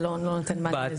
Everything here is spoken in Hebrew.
זה לא נותן לזה מענה.